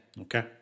Okay